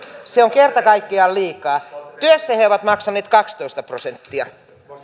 se on kerta kaikkiaan liikaa työssä he ovat maksaneet kaksitoista prosenttia